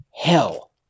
hell